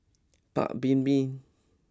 Paik's Bibim